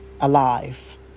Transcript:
alive